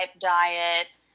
diet